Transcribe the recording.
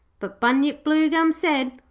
but bunyip bluegum said,